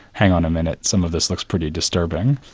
hang on a minute, some of this looks pretty disturbing'.